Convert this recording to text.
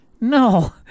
No